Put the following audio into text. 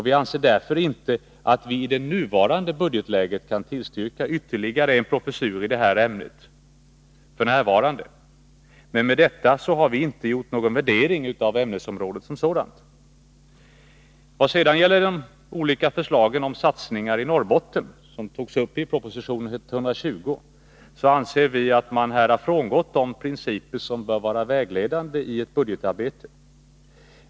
Vi anser därför inte att vi i nuvarande budgetläge kan tillstyrka ytterligare en professur i det här ämnet, men med detta har vi inte gjort någon värdering av ämnesområdet som sådant. Vad sedan gäller de olika förslagen om satsningar i Norrbotten, som togs uppi proposition 120, anser vi att man har frångått de principer som bör vara vägledande i budgetarbetet.